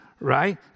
right